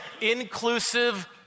inclusive